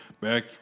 back